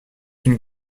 une